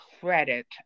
credit